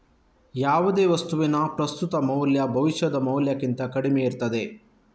ಯಾವುದೇ ವಸ್ತುವಿನ ಪ್ರಸ್ತುತ ಮೌಲ್ಯ ಭವಿಷ್ಯದ ಮೌಲ್ಯಕ್ಕಿಂತ ಕಡಿಮೆ ಇರ್ತದೆ